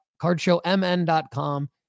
Cardshowmn.com